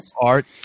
art